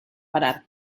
parar